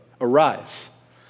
Arise